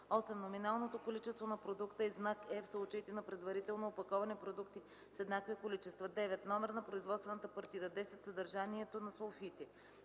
8. номиналното количество на продукта и знак „е” – в случаите на предварително опаковани продукти с еднакви количества; 9. номер на производствената партида; 10. съдържанието на сулфити.